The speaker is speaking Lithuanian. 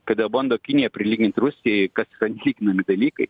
kada bando kiniją prilygint rusijai kas yra nelyginami dalykai